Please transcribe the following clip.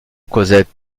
cosette